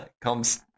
Comes